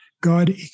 God